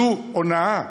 זאת הונאה.